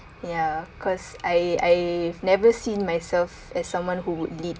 ya cause I I have never seen myself as someone who would lead